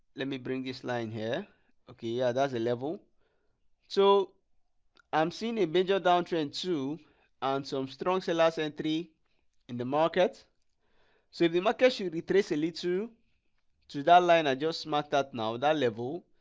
let me bring this line here okay yeah that's a level so i'm seeing a major downtrend two and some strong sellers entry in the market so if the market should retrace a little to that line i just marked that now that level